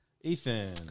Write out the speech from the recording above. Ethan